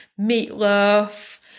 meatloaf